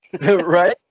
Right